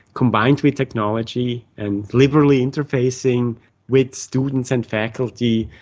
combined with technology, and liberally interfacing with students and faculty,